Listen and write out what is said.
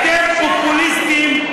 אתם פופוליסטים.